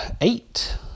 eight